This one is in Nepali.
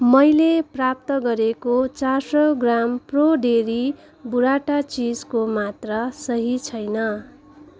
मैले प्राप्त गरेको चार सय ग्राम प्रो डेरी बुर्राटा चिजको मात्रा सही छैन